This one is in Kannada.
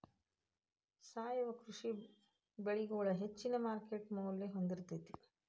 ಸಾವಯವ ಕೃಷಿ ಬೆಳಿಗೊಳ ಹೆಚ್ಚಿನ ಮಾರ್ಕೇಟ್ ಮೌಲ್ಯ ಹೊಂದಿರತೈತಿ